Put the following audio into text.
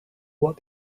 what